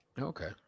Okay